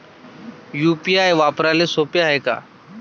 UPI वापराले सोप हाय का?